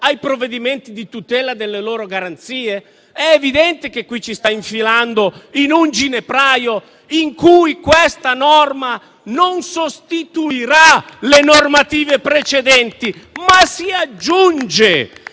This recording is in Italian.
ai provvedimenti di tutela delle loro garanzie? È evidente che qui ci sta infilando in un ginepraio in cui questa norma non sostituisce le normative precedenti, ma vi si aggiunge.